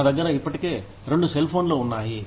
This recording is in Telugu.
నా దగ్గర ఇప్పటికే రెండు సెల్ఫోన్లు ఉన్నాయి